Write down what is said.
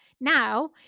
now